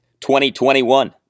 2021